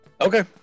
Okay